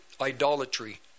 idolatry